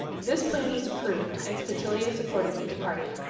this plan was approved, and statilius accordingly departed.